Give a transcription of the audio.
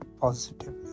positively